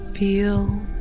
Feel